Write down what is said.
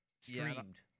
streamed